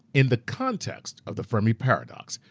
in the context of the fermi paradox,